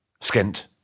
skint